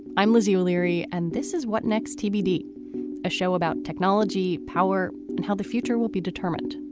i'm lizzie o'leary and this is what next tbd a show about technology power and how the future will be determined.